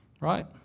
Right